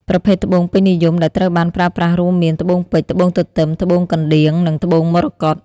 ប្រភេទត្បូងពេញនិយមដែលត្រូវបានប្រើប្រាស់រួមមាន ត្បូងពេជ្រ ត្បូងទទឹម ត្បូងកណ្ដៀង និងត្បូងមរកត។